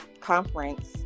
conference